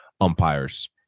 umpires